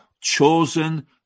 Chosen